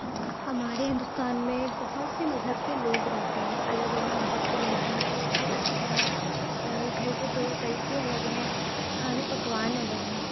ہمارے ہندوستان میں بہت سے مذہب کے لوگ رہتے ہیں الگ الگ مذہب کے لوگ ہیں اور پھر اسی طرح گھر کے طور طریقے الگ ہیں کھانے پکوان الگ ہیں